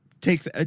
takes